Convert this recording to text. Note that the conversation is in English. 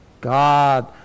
God